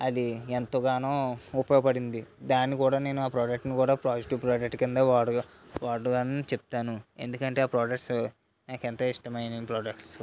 అది ఎంతగానో ఉపయోగపడింది దాన్ని కూడా నేను ఆ ప్రోడక్ట్ని కూడా పాజిటివ్ ప్రోడక్ట్ క్రింద వాడు అని చెప్తాను ఎందుకంటే ఆ ప్రొడక్ట్స్ నాకు ఎంతగానో ఇష్టమైన ప్రొడక్ట్స్